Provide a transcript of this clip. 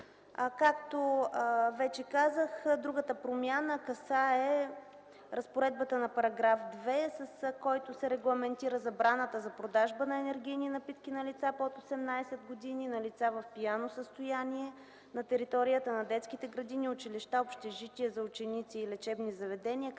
Както вече казах, другата промяна касае разпоредбата на § 2, с който се регламентира забраната за продажба на енергийни напитки на лица под 18 години, на лица в пияно състояние, на територията на детските градини, училища, общежития за ученици и лечебни заведения,